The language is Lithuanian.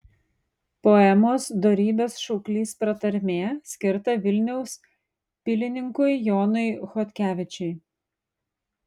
poemos dorybės šauklys pratarmė skirta vilniaus pilininkui jonui chodkevičiui